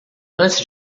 antes